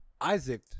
Isaac